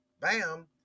bam